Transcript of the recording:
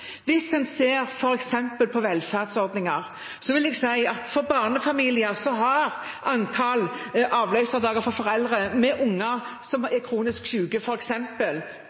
Hvis en ser f.eks. på velferdsordninger, vil jeg si at for barnefamilier har antall avløserdager for foreldre med unger som er kronisk